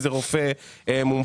לבדיקות של רופא מומחה.